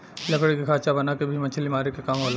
लकड़ी के खांचा बना के भी मछरी मारे क काम होला